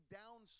down